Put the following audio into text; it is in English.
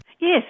Yes